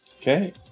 Okay